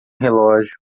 relógio